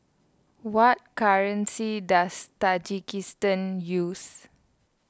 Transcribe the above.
what currency does Tajikistan use